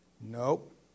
Nope